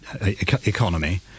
economy